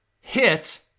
Hit